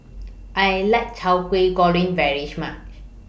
I like Teow Kway Goreng very She much